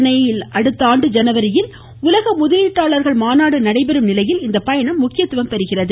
சென்னையில் அடுத்த ஆண்டு ஜனவரியில் உலக முதலீட்டாளர்கள் மாநாடு நடைபெறும் நிலையில் இந்த பயணம் முக்கியத்துவம் பெறுகிறது